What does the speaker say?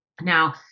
Now